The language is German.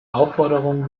aufforderung